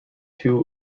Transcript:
two